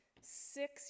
six